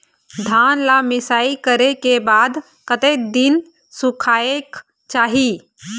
धान ला मिसाई करे के बाद कतक दिन सुखायेक चाही?